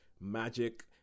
magic